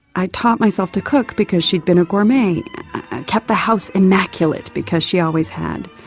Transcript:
i'd taught myself to cook because she'd been a gourmet. i kept the house immaculate, because she always had.